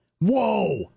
Whoa